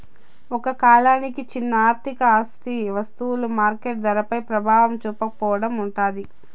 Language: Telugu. ఒక కాలానికి చిన్న ఆర్థిక ఆస్తి వస్తువులు మార్కెట్ ధరపై ప్రభావం చూపకపోవడం ఉంటాది